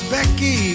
Becky